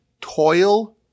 toil